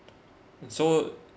so